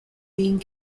being